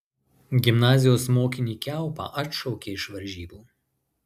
gimnazijos mokinį kiaupą atšaukė iš varžybų